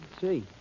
see